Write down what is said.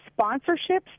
sponsorships